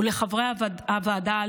ולחברי הוועדה,